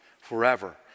forever